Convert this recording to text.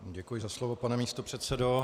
Děkuji za slovo, pane místopředsedo.